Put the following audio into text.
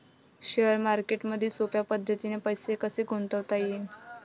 Share मार्केटमधी सोप्या पद्धतीने पैसे कसे गुंतवता येईन?